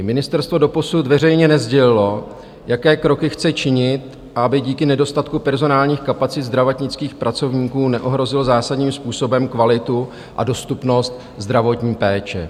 Ministerstvo doposud veřejně nesdělilo, jaké kroky chce činit, aby díky nedostatku personálních kapacit zdravotnických pracovníků neohrozilo zásadním způsobem kvalitu a dostupnost zdravotní péče.